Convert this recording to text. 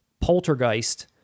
poltergeist